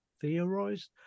theorized